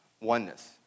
oneness